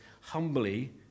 humbly